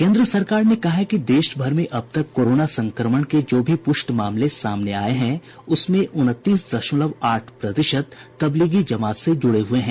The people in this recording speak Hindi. केन्द्र सरकार ने कहा है कि देशभर में अब तक कोरोना संक्रमण के जो भी पुष्ट मामले सामने आये हैं उसमें उनतीस दशमलव आठ प्रतिशत तबलीगी जमात से जुड़े हुये हैं